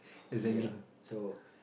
ya so